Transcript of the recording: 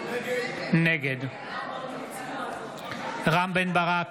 נגד רם בן ברק,